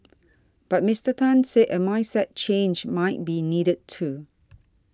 but Mister Tan said a mindset change might be needed too